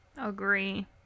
agree